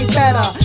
better